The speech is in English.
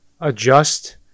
adjust